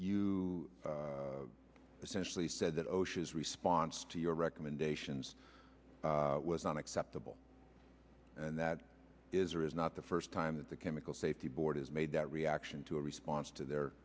you essentially said that osha's response to your recommendations was not acceptable and that is or is not the first time that the chemical safety board has made that reaction to a response to their